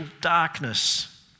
darkness